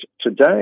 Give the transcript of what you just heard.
today